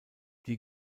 die